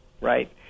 right